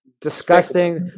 disgusting